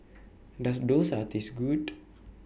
Does Dosa Taste Good